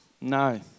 No